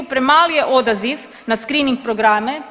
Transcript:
Premali je odaziv na screening programe.